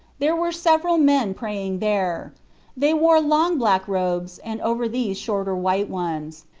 there were several men praying there they wore long black robes and over these shorter white ones.